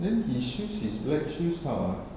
then his shoes his black shoes how ah